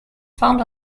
found